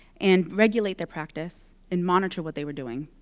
and regulate their practice and monitor what they were doing,